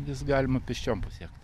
vis galima pėsčiom pasiekt